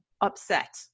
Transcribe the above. upset